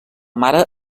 mare